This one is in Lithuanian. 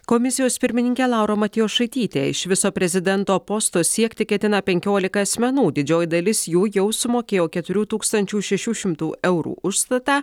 komisijos pirmininkė laura matjošaitytė iš viso prezidento posto siekti ketina penkiolika asmenų didžioji dalis jų jau sumokėjo keturių tūkstančių šešių šimtų tūkstančių eurų užstatą